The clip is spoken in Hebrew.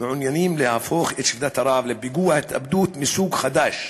מעוניינים להפוך את שביתת הרעב לפיגוע התאבדות מסוג חדש